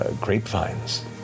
Grapevines